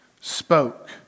spoke